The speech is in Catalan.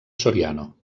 soriano